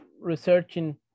researching